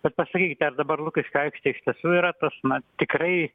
bet pasakykite ar dabar lukiškių aikštė iš tiesų yra tas na tikrai